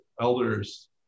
elders